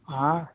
ಹಾಂ